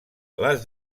les